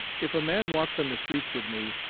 if a man walks on the streets with me,